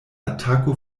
atako